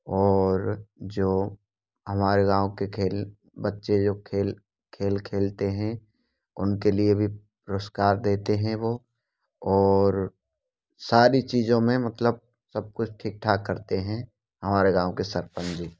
और जो हमारे गाँव के खेल बच्चे जो खेल खेल खेलते हैं उनके लिए भी पुरस्कार देते हैं वह और सारी चीज़ों में मतलब सब कुछ ठीक ठाक करते हैं हमारे गाँव के सरपंच जी